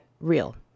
real